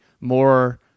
more